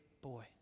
boy